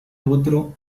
otro